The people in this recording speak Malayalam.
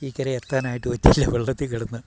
ഇക്കരെ എത്താനായിട്ട് പറ്റിയില്ല വെള്ളത്തിൽ കിടന്ന്